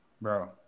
bro